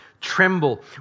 tremble